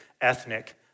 ethnic